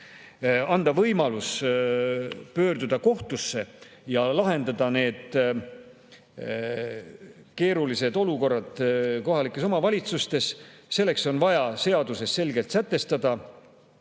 võimalus pöörduda kohtusse ja lahendada need keerulised olukorrad kohalikes omavalitsustes, on vaja seaduses selgelt sätestada,